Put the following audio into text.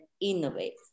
innovate